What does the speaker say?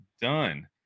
done